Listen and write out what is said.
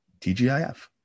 TGIF